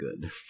good